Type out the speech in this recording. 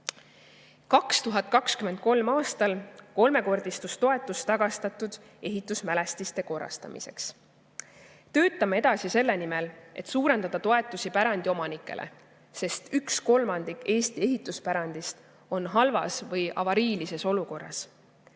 2023. aastal kolmekordistus toetus tagastatud ehitusmälestiste korrastamiseks. Töötame edasi selle nimel, et suurendada toetusi pärandiomanikele, sest üks kolmandik Eesti ehituspärandist on halvas või avariilises olukorras.